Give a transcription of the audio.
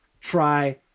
try